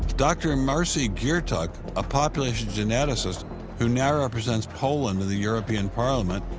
dr. marciej giertych, a population geneticist who now represents poland in the european parliament,